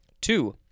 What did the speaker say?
Two